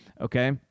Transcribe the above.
Okay